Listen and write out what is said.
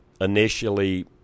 initially